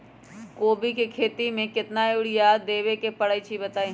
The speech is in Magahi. कोबी के खेती मे केतना यूरिया देबे परईछी बताई?